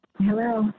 Hello